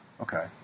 Okay